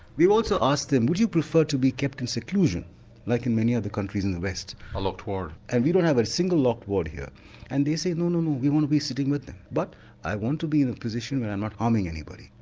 we also asked them would you prefer to be kept in seclusion like in many other countries in the west? a locked ward. and we don't have a single locked ward here and they say no, no, no we want to be sitting with but i want to be in a position where i'm not harming anybody.